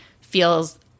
feels